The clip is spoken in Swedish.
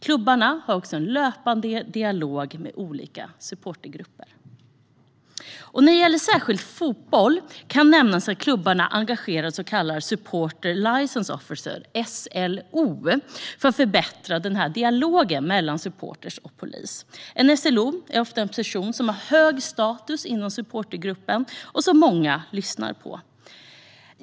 Klubbarna har också en löpande dialog med olika supportergrupper. När det gäller fotbollen kan nämnas att klubbarna har engagerat så kallade supporter liaison officers, SLO:er, för att förbättra dialogen mellan supportrar och polis. En SLO är ofta en person som har hög status inom supportergruppen och som många lyssnar på.